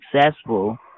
successful